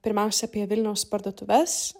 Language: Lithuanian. pirmiausia apie vilniaus parduotuves